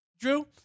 Drew